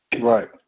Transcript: Right